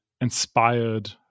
inspired